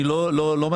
אני לא מבין.